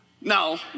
No